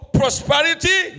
prosperity